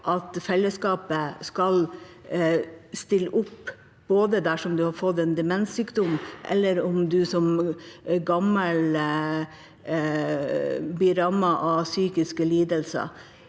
at fellesskapet skal stille opp dersom du har fått en demenssykdom, eller om du som gammel blir rammet av psykiske lidelser.